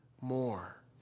more